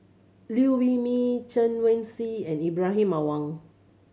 Liew Wee Mee Chen Wen Hsi and Ibrahim Awang